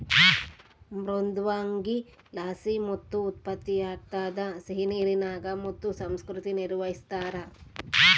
ಮೃದ್ವಂಗಿಲಾಸಿ ಮುತ್ತು ಉತ್ಪತ್ತಿಯಾಗ್ತದ ಸಿಹಿನೀರಿನಾಗ ಮುತ್ತು ಸಂಸ್ಕೃತಿ ನಿರ್ವಹಿಸ್ತಾರ